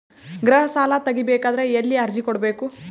ಗೃಹ ಸಾಲಾ ತಗಿ ಬೇಕಾದರ ಎಲ್ಲಿ ಅರ್ಜಿ ಕೊಡಬೇಕು?